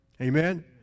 Amen